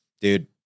dude